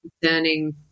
concerning